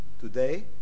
today